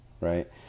right